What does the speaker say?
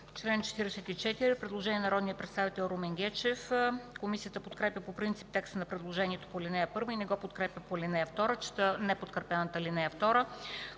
чл. 44 има предложение от народния представител Румен Гечев. Комисията подкрепя по принцип текста на предложението по ал. 1 и не го подкрепя по ал. 2. Чета неподкрепената ал. 2: